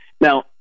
Now